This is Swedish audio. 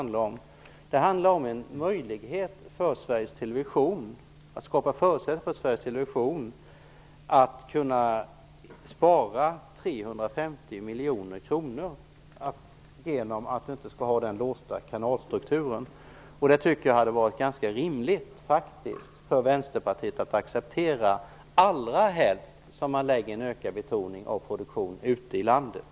Det gäller att skapa förutsättningar för Sveriges television att kunna spara 350 miljoner kronor genom att inte ha den låsta kanalstrukturen. Det hade varit ganska rimligt för Vänsterpartiet att acceptera, allra helst som man lägger en ökad betoning på produktion ute i landet.